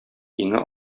иңе